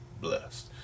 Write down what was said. blessed